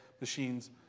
machines